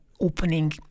opening